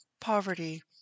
poverty